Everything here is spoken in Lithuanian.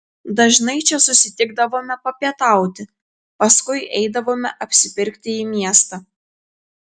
dažnai čia susitikdavome papietauti paskui eidavome apsipirkti į miestą